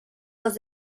los